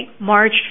March